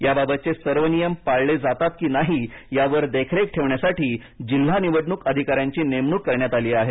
याबाबतचे सर्व नियम पाळले जातात कि नाही यावर देखरेख ठेवण्यासाठी जिल्हा निवडणूक अधिकाऱ्याची नेमणूक करण्यात आली आहे